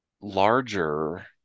larger